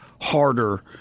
harder